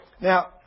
Now